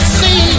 see